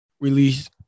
release